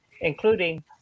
including